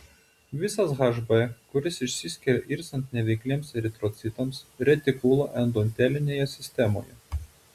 visas hb kuris išsiskiria irstant neveikliems eritrocitams retikuloendotelinėje sistemoje